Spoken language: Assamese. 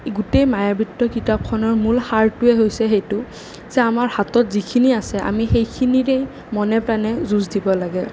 গোটেই মায়াবৃত্ত কিতাপখনৰ মূল সাৰটোৱেই হৈছে সেইটো যে আমাৰ হাতত যিখিনি আছে আমি সেইখিনিৰেই মনে প্ৰাণে যুঁজ দিব লাগে